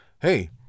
hey